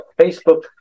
Facebook